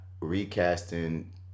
recasting